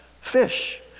fish